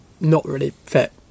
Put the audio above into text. not-really-fit